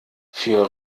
für